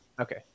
Okay